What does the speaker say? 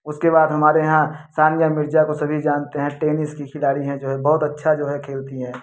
उसके बाद हमारे यहाँ सानिया मिर्जा को सभी जानते हैं टेनिस की खिलाड़ी हैं जो है बहुत अच्छा जो है खेलती हैं